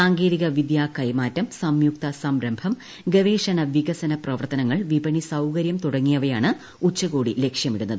സാങ്കേതികവിദ്യാ കൈമാറ്റം സംയുക്ത സംരംഭം ഗവേഷണ്ണ വികസന പ്രവർത്തനങ്ങൾ വിപണി സൌകര്യം തുടങ്ങിയവയാണ് ഉച്ചകോടി ലക്ഷ്യമിടുന്നത്